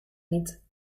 niet